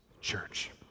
church